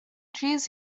jeez